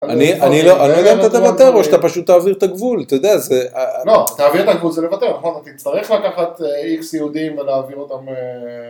אני לא יודע אם אתה תוותר או שאתה פשוט תעביר את הגבול, אתה יודע, זה... לא, תעביר את הגבול זה לוותר, נכון, אתה צריך לקחת איקס יהודים ולהעביר אותם...